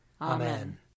Amen